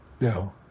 No